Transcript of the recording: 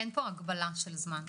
אין פה הגבלה של זמן.